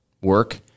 work